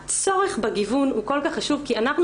הצורך בגיוון הוא כל כך חשוב כי אנחנו